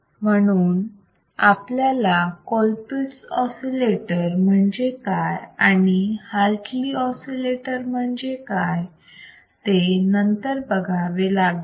म्हणून आपल्याला Colpitts oscillator म्हणजे काय आणि हार्टलि ऑसिलेटर म्हणजे काय ते नंतर बघावे लागेल